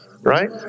right